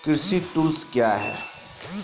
कृषि टुल्स क्या हैं?